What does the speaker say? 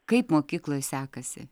kaip mokykloj sekasi